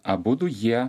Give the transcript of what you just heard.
abudu jie